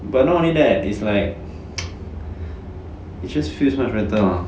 but not only that is like it just feels much better lah